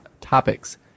topics